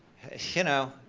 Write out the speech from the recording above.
you know,